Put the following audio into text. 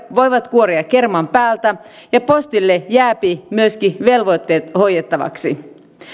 voivat kuoria kerman päältä mutta postille jää myöskin velvoitteet hoidettavaksi